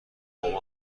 خیلی